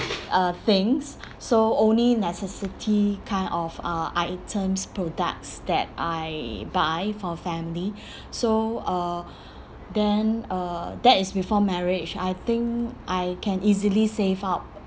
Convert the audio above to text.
uh things so only necessity kind of uh items products that I buy for family so uh then uh that is before marriage I think I can easily save up